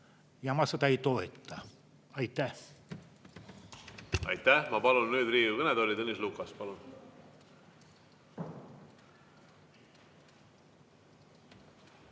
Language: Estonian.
ma seda ei toeta. Aitäh! Aitäh! Ma palun nüüd Riigikogu kõnetooli Tõnis Lukase.